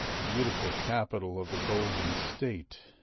the beautiful capital of the golden state,